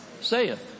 saith